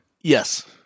Yes